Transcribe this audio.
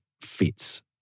fits